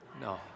No